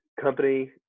company